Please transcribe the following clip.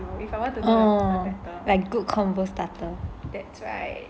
oh like good convo starter